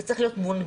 זה צריך להיות מונגש,